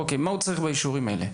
אוקיי, מה הוא צריך מהאישורים האלה?